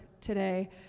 today